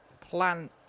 plant